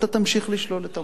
אתה תמשיך לשלול את המוסד.